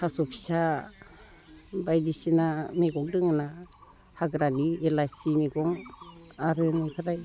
थास' फिसा बायदिसिना मैगं दङना हाग्रानि एलासि मैगं आरो इनिफ्राय